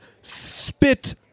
spit